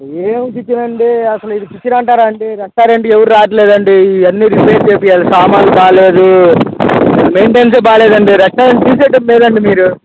ఏం టిఫినండి అసలు ఇది టిఫిను అంటారా అండి రెస్టారెంటుకి ఎవ్వరు రావట్లేదండి ఇవన్నీ రిపేర్ చేయించాలి సామాన్లు బాలేదు మెయింటెన్సే బాలేదండి రెస్టారెంటు తీసేయడం మేలండి మీరు